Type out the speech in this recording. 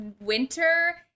winter